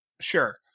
sure